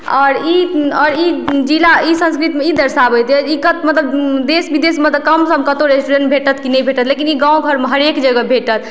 आओर ई आओर ई जिला ई संस्कृतिमे ई दर्शाबय छै जे ई मतलब देश विदेशमे तऽ कमसम कतहु रहय छै कि ई भेटत कि नहि भेटत लेकिन ई गाँव घरमे हरेक जगह भेटत